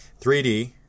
3D